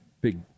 big